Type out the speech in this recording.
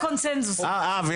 אני